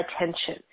attention